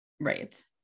right